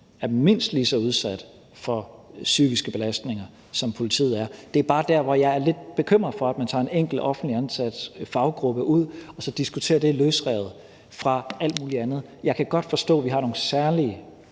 er mindst lige så udsatte for psykiske belastninger, som politiet er? Det er bare der, hvor jeg er lidt bekymret for, at man tager en enkelt offentligt ansat faggruppe ud og så diskuterer den løsrevet fra alt muligt andet. Jeg kan godt forstå, vi har nogle særlige